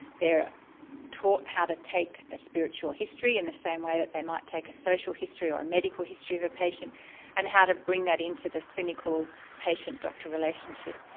they're taught how to take a spiritual history in the same way that they might take a social history or a medical history of a patient and how to bring that into the clinical patient-doctor relationship.